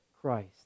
Christ